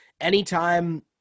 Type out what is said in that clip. anytime